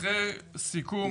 אחרי סיכום,